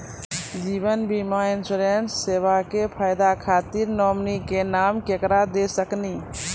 जीवन बीमा इंश्योरेंसबा के फायदा खातिर नोमिनी के नाम केकरा दे सकिनी?